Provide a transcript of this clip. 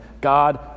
God